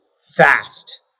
fast